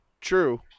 True